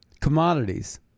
commodities